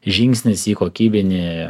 žingsnis į kokybinį